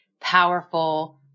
powerful